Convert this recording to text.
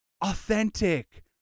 authentic